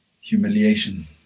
humiliation